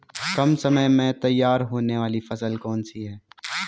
कम समय में तैयार होने वाली फसल कौन सी है?